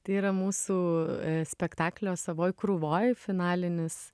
tai yra mūsų spektaklio savoj krūvoj finalinis